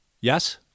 yes